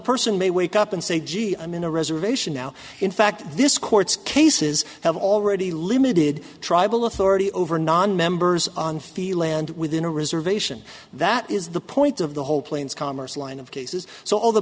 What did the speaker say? person may wake up and say gee i'm in a reservation now in fact this court's cases have already limited tribal authority over nonmembers on feel land within a reservation that is the point of the whole plains commerce line of cases